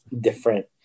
different